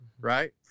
right